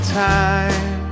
time